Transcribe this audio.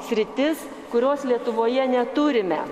sritis kurios lietuvoje neturime